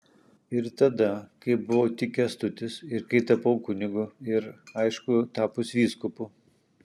ir tada kai buvau tik kęstutis ir kai tapau kunigu ir aišku tapus vyskupu